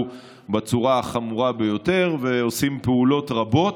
בצורה חמורה ביותר ועושים פעולות רבות,